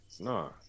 No